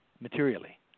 materially